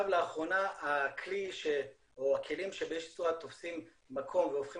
לאחרונה הכלים שבאיזו שהיא צורה תופסים מקום והופכים